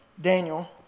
Daniel